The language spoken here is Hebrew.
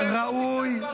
--- לא הזכרתי את השם שלך.